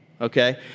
okay